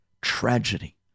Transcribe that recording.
tragedy